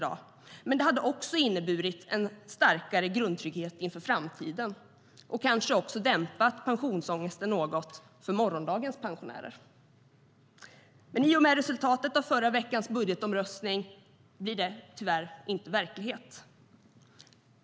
Det hade också inneburit en starkare grundtrygghet inför framtiden och hade kanske också dämpat pensionsångesten något för morgondagens pensionärer. Men i och med resultatet av förra veckans budgetomröstning blir det tyvärr inte verklighet.